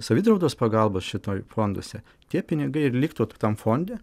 savidraudos pagalbos šitoj fonduose tie pinigai ir liktų ta tam fonde